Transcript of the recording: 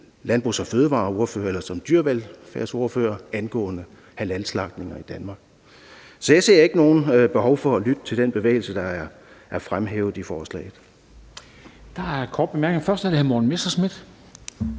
landbrugs- og fødevareordfører eller som dyrevelfærdsordfører angående halalslagtninger i Danmark. Så jeg ser ikke noget behov for at lytte til den bevægelse, der er fremhævet i forslaget. Kl. 10:41 Formanden (Henrik Dam Kristensen):